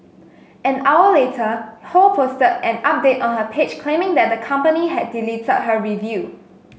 an hour later Ho posted an update on her page claiming that the company had deleted her review